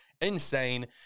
insane